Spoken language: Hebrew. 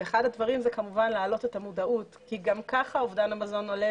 אחד הדברים הוא כמובן להעלות את המודעות כי גם כך אובדן המזון עולה